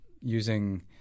using